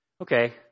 Okay